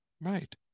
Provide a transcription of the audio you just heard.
Right